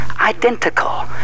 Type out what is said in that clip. identical